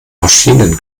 maschinen